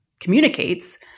communicates